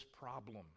problem